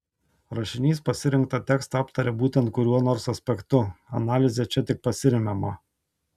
rašinys pasirinktą tekstą aptaria būtent kuriuo nors aspektu analize čia tik pasiremiama